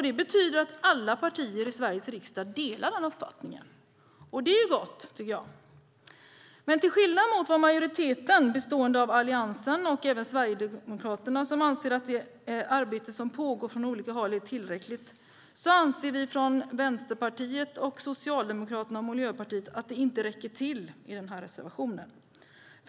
Det betyder att alla partier i Sveriges riksdag delar den uppfattningen. Det är gott. Till skillnad mot vad majoriteten bestående av Alliansen och Sverigedemokraterna anser, att det arbete som pågår från olika håll är tillräckligt, anser dock Vänsterpartiet, Socialdemokraterna och Miljöpartiet i den här reservationen att det inte räcker till.